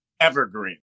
evergreen